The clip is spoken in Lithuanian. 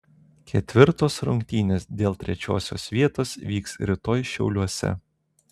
ketvirtos rungtynės dėl trečiosios vietos vyks rytoj šiauliuose